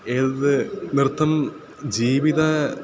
एतद् नृत्तं जीवितं